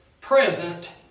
present